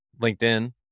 LinkedIn